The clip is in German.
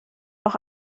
auch